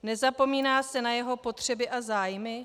Nezapomíná se na jeho potřeby a zájmy?